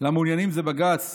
למעוניינים זה בג"ץ